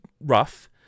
rough